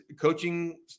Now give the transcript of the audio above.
coaching